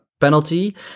penalty